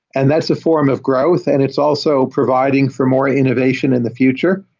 and that's a form of growth and it's also providing for more innovation in the future,